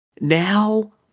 now